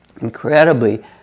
incredibly